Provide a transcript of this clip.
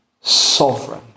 sovereign